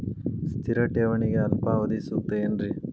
ಸ್ಥಿರ ಠೇವಣಿಗೆ ಅಲ್ಪಾವಧಿ ಸೂಕ್ತ ಏನ್ರಿ?